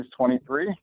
23